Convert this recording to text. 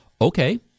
okay